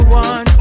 one